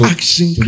Action